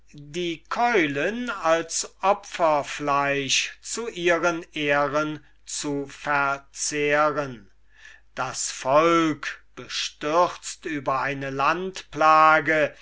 die keulen als opferfleisch zu ihren ehren zu verzehren das volk bestürzt über eine